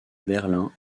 berlin